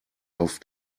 auf